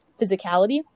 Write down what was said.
physicality